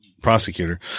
prosecutor